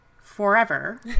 forever